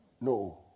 No